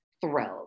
thrilled